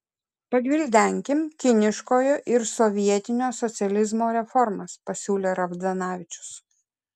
pagvildenkim kiniškojo ir sovietinio socializmo reformas pasiūlė ravdanavičius